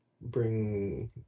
bring